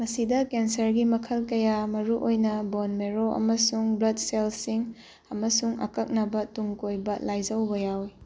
ꯃꯁꯤꯗ ꯀꯦꯟꯁꯔꯒꯤ ꯃꯈꯜ ꯀꯌꯥ ꯃꯔꯨ ꯑꯣꯏꯅ ꯕꯣꯟ ꯃꯦꯔꯣ ꯑꯃꯁꯨꯡ ꯕ꯭ꯂꯠ ꯁꯦꯜꯁꯤꯡ ꯑꯃꯁꯨꯡ ꯑꯀꯛꯅꯕ ꯇꯨꯡ ꯀꯣꯏꯕ ꯂꯥꯏꯖꯧꯕ ꯌꯥꯎꯋꯤ